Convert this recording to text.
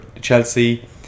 chelsea